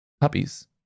puppies